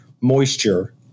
moisture